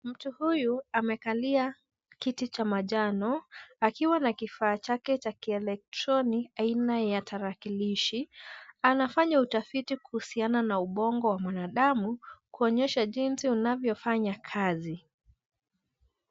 Mtu huyu amekalia kiti cha manjano, akiwa na kifaa chake cha kielektroni aina ya tarakilishi. Anafanya utafiti kuhusiana na ubongo wa mwanadamu, kuonyesha jinsi unavyofanya kazi.